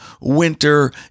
winter